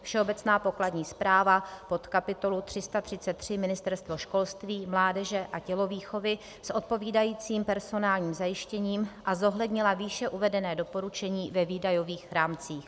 Všeobecná pokladní správa pod kapitolu 333 Ministerstvo školství, mládeže a tělovýchovy s odpovídajícím personálním zajištěním a zohlednila výše uvedené doporučení ve výdajových rámcích;